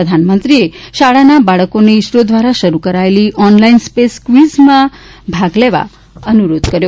પ્રધાનમંત્રીએ શાળાના બાળકોને ઇસરો દ્વારા શરૂ કરાયેલી ઓનલાઇન સ્પેસ ક્વીઝ સ્પર્ધામાં ભાગ લેવા અનુરોધ કર્યો